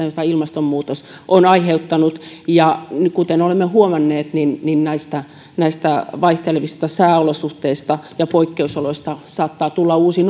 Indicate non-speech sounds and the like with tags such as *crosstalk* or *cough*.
*unintelligible* joita ilmastonmuutos on aiheuttanut kuten olemme huomanneet näistä näistä vaihtelevista sääolosuhteista ja poikkeusoloista saattaa tulla uusi *unintelligible*